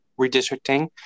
redistricting